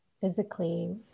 Physically